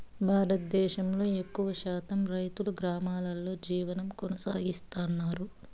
భారతదేశంలో ఎక్కువ శాతం రైతులు గ్రామాలలో జీవనం కొనసాగిస్తన్నారు